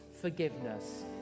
forgiveness